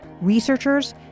researchers